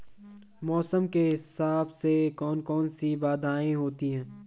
मौसम के हिसाब से कौन कौन सी बाधाएं होती हैं?